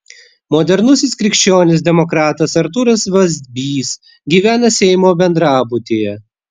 modernusis krikščionis demokratas artūras vazbys gyvena seimo bendrabutyje